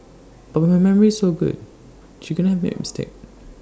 but her memory is so good she couldn't have made mistake